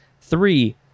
Three